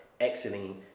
exiting